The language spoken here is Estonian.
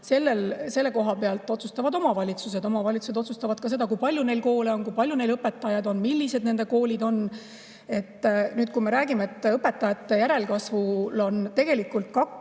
Selle koha pealt otsustavad omavalitsused. Omavalitsused otsustavad ka seda, kui palju neil koole on, kui palju neil õpetajaid on, millised nende koolid on. Nüüd, õpetajate järelkasvu puhul on tegelikult kaks